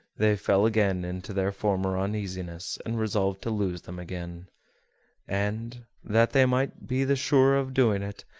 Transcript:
they fell again into their former uneasiness, and resolved to lose them again and, that they might be the surer of doing it,